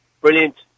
brilliant